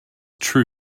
true